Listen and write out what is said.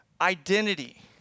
identity